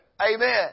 Amen